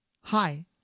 hi